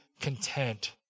content